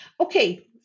okay